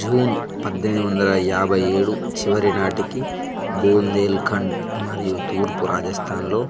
June పద్దెనిమిది వందల యాబై ఏడు చివరి నాటికి బూందేరిఖండ్ మరియు తూర్పు రాజస్థాన్లో